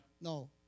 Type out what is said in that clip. No